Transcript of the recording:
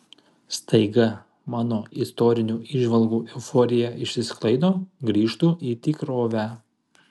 staiga mano istorinių įžvalgų euforija išsisklaido grįžtu į tikrovę